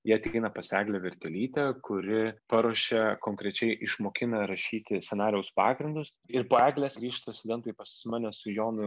jie tik eina pas eglę vertelytę kuri paruošia konkrečiai išmokina rašyti scenarijaus pagrindus ir po eglės grįžta studentai pas mane su jonu